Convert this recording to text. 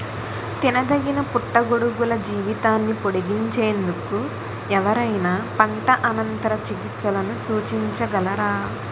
తినదగిన పుట్టగొడుగుల జీవితాన్ని పొడిగించేందుకు ఎవరైనా పంట అనంతర చికిత్సలను సూచించగలరా?